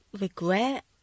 regret